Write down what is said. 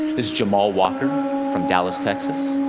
is jamal walker from dallas, texas.